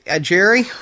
jerry